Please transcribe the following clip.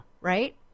right